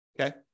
Okay